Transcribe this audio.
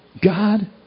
God